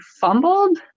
fumbled